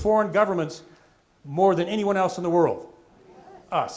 foreign governments more than anyone else in the world